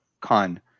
con